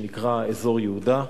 שנקרא אזור יהודה,